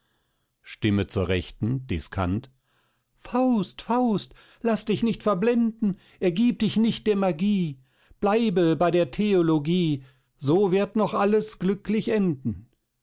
stimme zur rechten discant faust faust laß dich nicht verblenden ergieb dich nicht der magie bleibe bei der theologie so wird noch alles glücklich enden